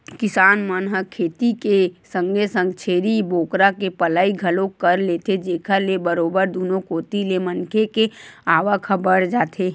किसान मन ह खेती के संगे संग छेरी बोकरा के पलई घलोक कर लेथे जेखर ले बरोबर दुनो कोती ले मनखे के आवक ह बड़ जाथे